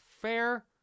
fair